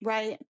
Right